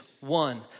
One